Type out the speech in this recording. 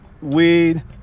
weed